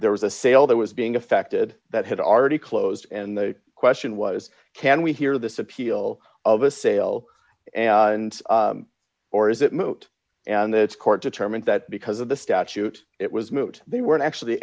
there was a sale that was being affected that had already closed and the question was can we hear this appeal of a sale and or is it moot and the court determined that because of the statute it was moot they were actually